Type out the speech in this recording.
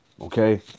okay